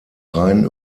reinen